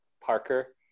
Parker